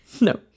No